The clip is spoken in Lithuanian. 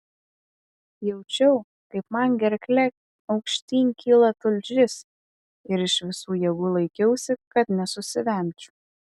jaučiau kaip man gerkle aukštyn kyla tulžis ir iš visų jėgų laikiausi kad nesusivemčiau